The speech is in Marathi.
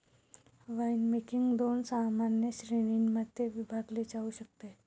वाइनमेकिंग दोन सामान्य श्रेणीं मध्ये विभागले जाऊ शकते